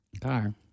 Car